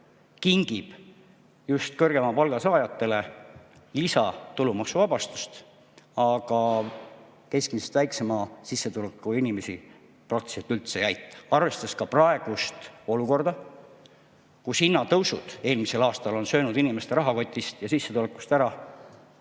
kingib just kõrgema palga saajatele täiendavat tulumaksuvabastust, aga keskmisest väiksema sissetulekuga inimesi praktiliselt üldse ei aita. Arvestada tuleb praegust olukorda, kus hinnatõusud eelmisel aastal on söönud inimeste rahakotist ja sissetulekust ära